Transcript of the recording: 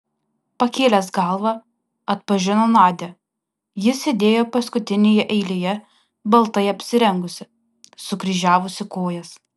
pakėlęs galvą atpažino nadią ji sėdėjo paskutinėje eilėje baltai apsirengusi sukryžiavusi kojas